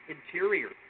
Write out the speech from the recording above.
Interior